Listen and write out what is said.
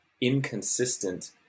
inconsistent